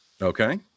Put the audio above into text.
Okay